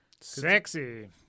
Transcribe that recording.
Sexy